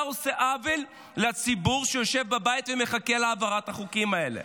אתה עושה עוול לציבור שיושב בבית ומחכה להעברת החוקים האלה.